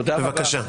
בבקשה.